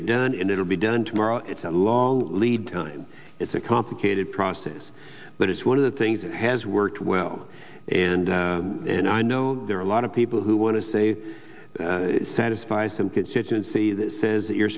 it done and it'll be done tomorrow it's a long lead time it's a complicated process but it's one of the things that has worked well and and i know there are a lot of people who want to say satisfy some constituency that says that you're